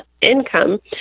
income